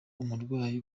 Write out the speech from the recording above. umurwayi